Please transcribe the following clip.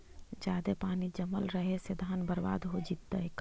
जादे पानी जमल रहे से धान बर्बाद हो जितै का?